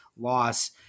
loss